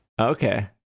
Okay